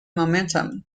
momentum